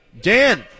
Dan